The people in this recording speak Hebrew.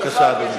בבקשה, אדוני.